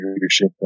leadership